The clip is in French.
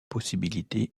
possibilités